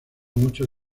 muchos